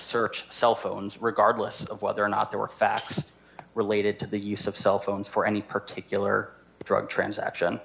search cell phones regardless of whether or not there were facts related to the use of cell phones for any particular drug transaction